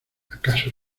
acaso